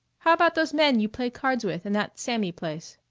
how about those men you play cards with in that sammy place?